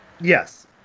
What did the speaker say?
Yes